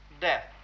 death